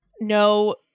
no